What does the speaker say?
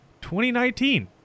2019